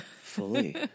fully